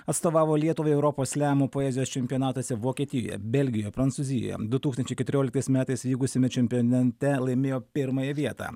atstovavo lietuvai europos slemų poezijos čempionatuose vokietijoje belgijoje prancūzijoje du tūkstančiai keturioliktais metais vykusiame čempionate laimėjo pirmąją vietą